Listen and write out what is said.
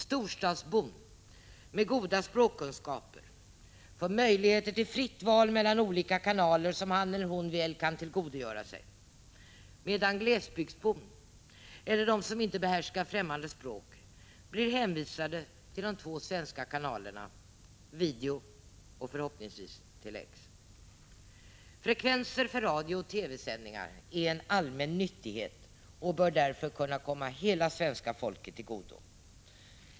Storstadsbon med goda språkkunskaper får möjligheter till fritt val mellan olika kanaler som han eller hon kan väl tillgodogöra sig medan glesbygdsbon eller de som inte behärskar främmande språk blir hänvisade till de två svenska kanalerna, video och förhoppningsvis Tele-X. Frekvenser för radiooch TV-sändningar är en allmän nyttighet och bör därför kunna komma hela svenska folket till godo.